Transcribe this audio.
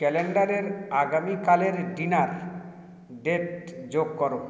ক্যালেন্ডারের আগামীকালের dinner date যোগ করো